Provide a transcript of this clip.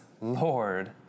Lord